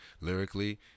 lyrically